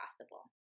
possible